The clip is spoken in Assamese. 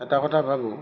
এটা কথা ভাবোঁ